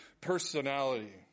personality